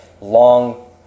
long